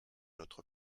notre